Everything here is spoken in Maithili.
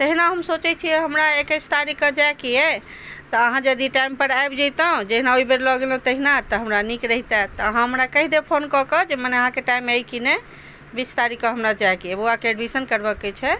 तहिना हम सोचै छियै हमरा एक्कैस तारिखके जाइके अछि तऽ अहाँ यदि टाइम पर आबि जैतहुँ जहिना ओहि बेर लऽ गेलहुँ तेहिना तऽ हमरा नीक रहितै तऽ अहाँ हमरा कहि देब फोन कऽ कऽ जे मने अहाँके टाइम अछि कि नहि बीस तारीखके हमरा जाइके अछि बौआके एडमिशन करबऽके छै